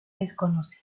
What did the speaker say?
desconoce